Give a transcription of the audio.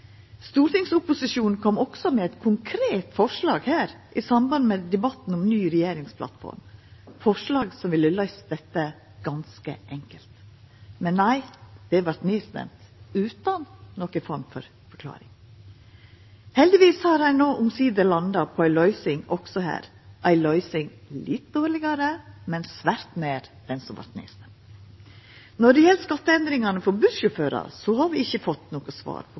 Stortingsopposisjonen kom også med eit konkret forslag, i samband med debatten om ny regjeringsplattform, som ville ha løyst dette ganske enkelt. Men nei, det vart nedstemt utan noka form for forklaring. Heldigvis har ein no omsider landa på ei løysing også her, ei løysing som er litt dårlegare, men svært nær ho som vart nedstemd. Når det gjeld skatteendringane for bussjåførar, har vi ikkje fått noko svar på